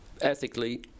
ethically